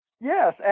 yes